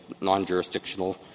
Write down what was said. non-jurisdictional